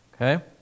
okay